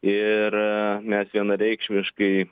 ir mes vienareikšmiškai